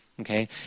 Okay